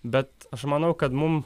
bet aš manau kad mum